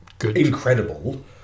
incredible